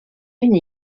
une